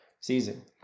Season